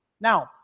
Now